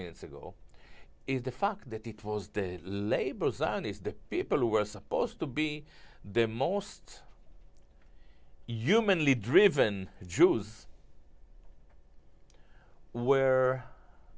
minutes ago is the fact that it was the labels and it's the people who are supposed to be the most human league driven jews were